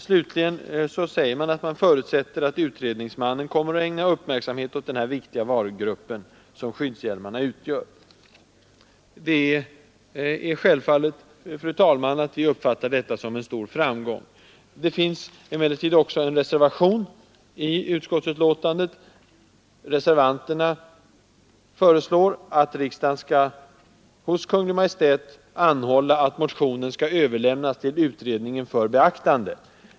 Slutligen heter det i betänkandet att utskottet förutsätter att utredningsmannen kommer att ägna uppmärksamhet åt den viktiga varugrupp som skyddshjälmarna utgör. Det är självklart, fru talman, att vi uppfattar detta som en stor framgång. Det finns emellertid också en reservation fogad till utskottsbetänkandet. Reservanterna föreslår att riksdagen skall hos Kungl. Maj:t anhålla att motionen överlämnas till utredningen för beaktande.